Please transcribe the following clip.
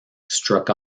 struck